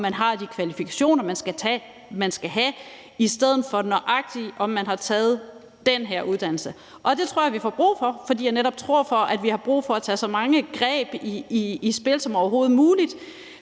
om man har de kvalifikationer, man skal have, i stedet for om man nøjagtig har taget den her uddannelse. Det tror jeg vi får brug for, fordi jeg netop tror, at vi har brug for at få så mange ting i spil som overhovedet muligt.